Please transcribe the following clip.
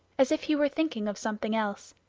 as if he were thinking of something else.